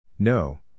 No